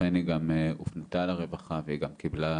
לכן היא גם הופנתה לרווחה והיא גם קיבלה,